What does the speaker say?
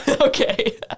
Okay